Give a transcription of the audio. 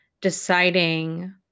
deciding